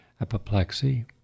apoplexy